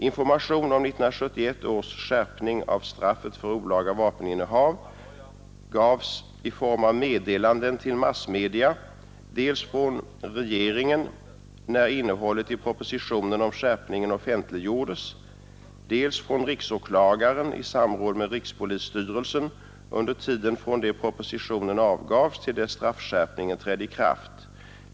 Information om 1971 års skärpning av straffet för olaga vapeninnehav gavs i form av meddelanden till massmedia dels från regeringen när innehållet i propositionen om skärpningen offentliggjordes, dels från riksåklagaren i samråd med rikspolisstyrelsen under tiden från det propositionen avgavs till dess straffskärpningen trädde i kraft.